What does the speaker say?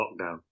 lockdown